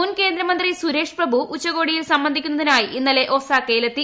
മുൻ കേന്ദ്രമന്ത്രി സ്റ്റുർപ്പ് പ്രഭു ഉച്ചകോടിയിൽ സംബന്ധിക്കുന്നതിനായി ഇന്നല്ലെ ഒസാക്കയിലെത്തി